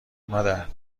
مادر